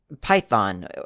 Python